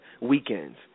weekends